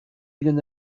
bien